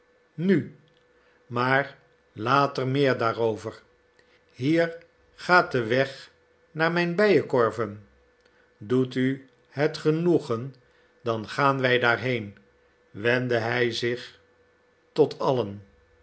nu maar later meer daarover hier gaat de weg naar mijn bijenkorven doet u het genoegen dan gaan wij daarheen wendde hij zich tot allen